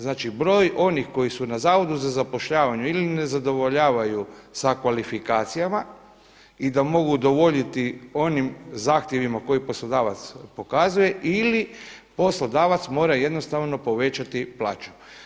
Znači broj onih koji su na Zavodu za zapošljavanje ili ne zadovoljavaju sa kvalifikacijama i da mogu udovoljiti onim zahtjevima koje poslodavac pokazuje, ili poslodavac mora jednostavno povećati plaću.